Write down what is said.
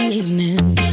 evening